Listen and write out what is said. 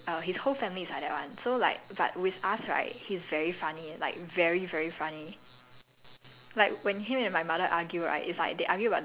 and like it's not cause he's unfriendly it's cause he's super introverted and err his whole family is like that one so like but with us right he's very funny like very very funny